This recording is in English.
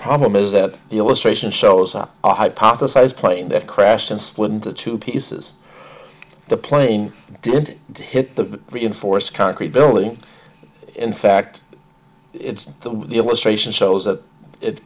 problem is that the illustration so hypothesize plane that crashed and split into two pieces the plane did hit the reinforced concrete building in fact it's the illustration shows that it